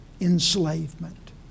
enslavement